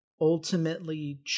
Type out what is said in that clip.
ultimately